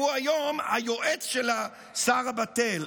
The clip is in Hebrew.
הוא היום היועץ של השר הבטל.